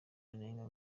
anengwa